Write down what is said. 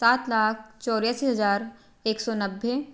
सात लाख चौरासी हज़ार एक सौ नब्बे